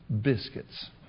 biscuits